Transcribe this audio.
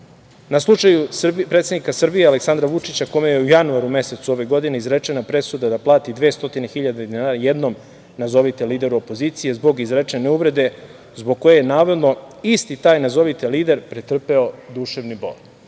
na slučaju predsednika Srbije, Aleksandra Vučića, kome je u januaru mesecu ove godine izrečena presuda da plati 200.000 dinara jednom, nazovite lideru opozicije zbog izrečene uvrede, zbog koga je navodno isti taj nazovite lider pretrpeo duševni bol.